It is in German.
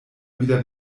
wieder